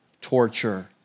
torture